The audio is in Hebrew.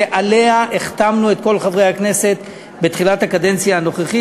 ועליה החתמנו את כל חברי הכנסת בתחילת הקדנציה הנוכחית.